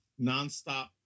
nonstop